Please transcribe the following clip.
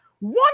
One